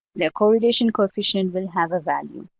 the correlation coefficient will have a value.